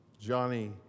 Johnny